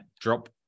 drop